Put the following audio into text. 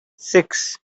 six